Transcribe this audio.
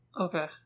Okay